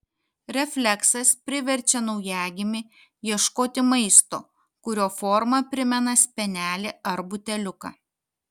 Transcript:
refleksas priverčia naujagimį ieškoti maisto kurio forma primena spenelį ar buteliuką